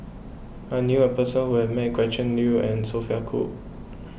I knew a person who met Gretchen Liu and Sophia Cooke